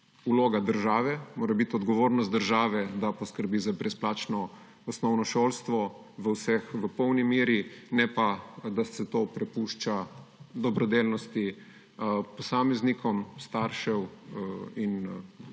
enkrat, da mora biti odgovornost države, da poskrbi za brezplačno osnovno šolstvo vseh v polni meri, ne pa, da se to prepušča dobrodelnosti posameznikom, staršev in lahko